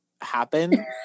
happen